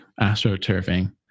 AstroTurfing